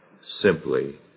simply